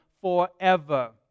forever